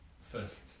first